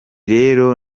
rero